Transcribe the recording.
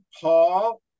Paul